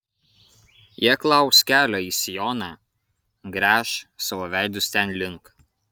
jie klaus kelio į sioną gręš savo veidus ten link